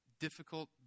difficult